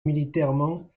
militairement